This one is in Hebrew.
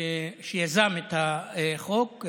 שיזם את החוק,